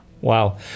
Wow